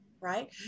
right